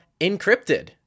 encrypted